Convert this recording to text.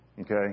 okay